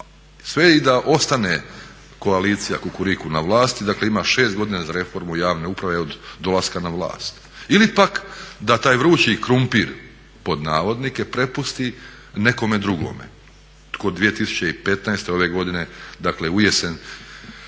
sve i da ostane koalicija Kukuriku na vlasti dakle ima 6 godina za reformu javne uprave od dolaska na vlasti ili pak da taj vrući krumpir "prepusti" nekome drugome tko 2015. ove godine dakle ujesen